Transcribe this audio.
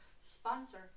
Sponsor